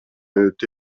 өтө